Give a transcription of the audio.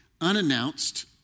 unannounced